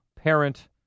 parent